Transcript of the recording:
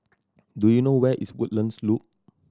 do you know where is Woodlands Loop